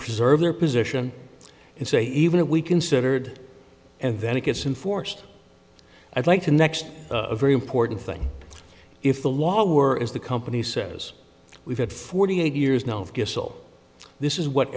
preserve their position and say even if we considered and then it gets in forced i'd like to next a very important thing if the law were as the company says we've had forty eight years now this is what